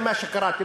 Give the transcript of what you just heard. מה שקראתי,